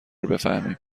بفهمیم